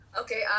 Okay